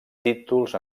títols